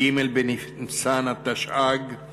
ג' בניסן התשע"ג,